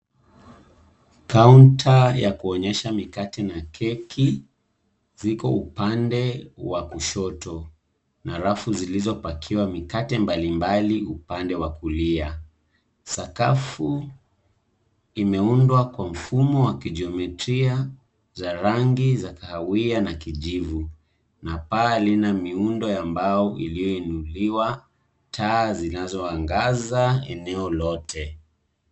Kaunta ya kuonyesha mikate na keki ziko upande wa kushoto na rafu zilizopakiwa mikate mbalimbali upande wa kulia. Sakafu imeundwa kwa mfumo wa kijiometria za rangi za kahawia na kijivu na paa lina miundo ya mbao ilioinuliwa, taa zinazoangaza eneo lote.